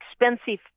expensive